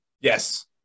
yes